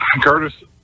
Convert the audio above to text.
Curtis